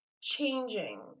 changing